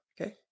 okay